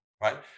right